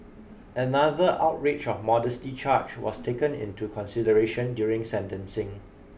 another outrage of modesty charge was taken into consideration during sentencing